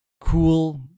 cool